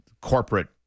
corporate